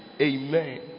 Amen